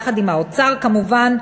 יחד עם האוצר כמובן,